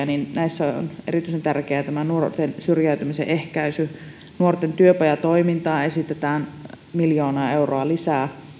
niin näissä on erityisen tärkeää tämä nuorten syrjäytymisen ehkäisy nuorten työpajatoimintaan esitetään miljoona euroa lisää